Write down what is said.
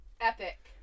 epic